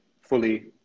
fully